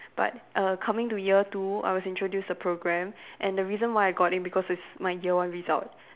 but err coming to year two I was introduce a program and the reason why I got in because it's my year one result